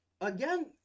Again